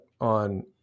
on